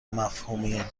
مفهومی